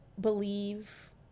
believe